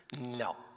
No